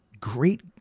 Great